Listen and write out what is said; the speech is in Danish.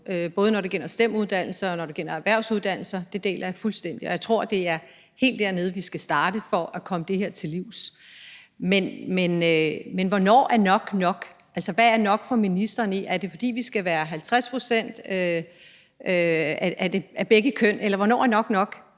både når det gælder STEM-uddannelser, og når det gælder erhvervsuddannelser. Det deler jeg fuldstændig, og jeg tror, det er helt dernede, vi skal starte, for at komme det her til livs. Men hvornår er nok nok? Altså, hvad er nok for ministeren? Er det, fordi der skal være 50 pct. af begge køn? Eller hvornår er nok nok?